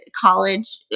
college